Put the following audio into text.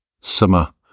summer